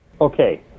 Okay